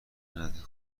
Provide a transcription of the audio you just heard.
نده